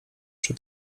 przy